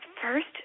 First